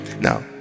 now